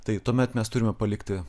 tai tuomet mes turime palikti